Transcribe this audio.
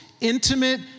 intimate